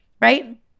right